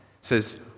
says